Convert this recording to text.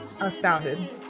astounded